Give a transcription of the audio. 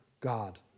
God